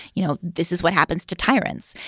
you know, this is what happens to tyrants.